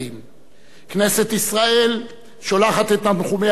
כנסת ישראל שולחת את תנחומיה למשפחתו,